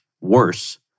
worse